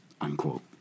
unquote